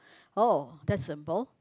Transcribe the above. oh that's simple